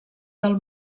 del